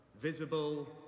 visible